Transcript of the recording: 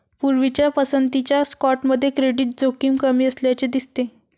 पूर्वीच्या पसंतीच्या स्टॉकमध्ये क्रेडिट जोखीम कमी असल्याचे दिसते